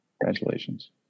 Congratulations